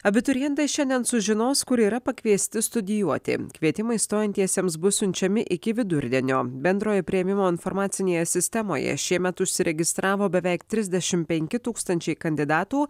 abiturientai šiandien sužinos kur yra pakviesti studijuoti kvietimai stojantiesiems bus siunčiami iki vidurdienio bendrojo priėmimo informacinėje sistemoje šiemet užsiregistravo beveik trisdešimt penki tūkstančiai kandidatų